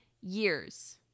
years